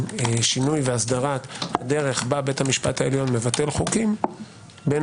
שינוי והסדרת דרך בה בית המשפט העליון מבטל חוקים בין